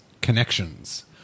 connections